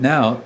Now